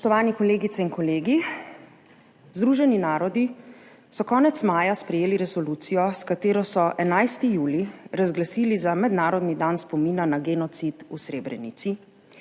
Spoštovani kolegice in kolegi! Združeni narodi so konec maja sprejeli resolucijo, s katero so 11. julij razglasili za mednarodni dan spomina na genocid v Srebrenici,